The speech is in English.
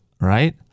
right